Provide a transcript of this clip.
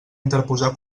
interposar